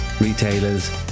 retailers